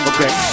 Okay